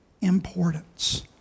importance